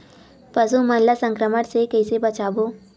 पशु मन ला संक्रमण से कइसे बचाबो?